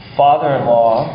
father-in-law